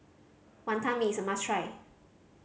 Wantan Mee is a must try